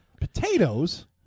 potatoes